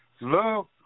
Love